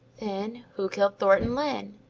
then, who killed thornton lyne?